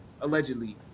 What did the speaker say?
allegedly